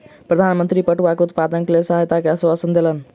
प्रधान मंत्री पटुआ के उत्पादनक लेल सहायता के आश्वासन देलैन